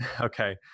Okay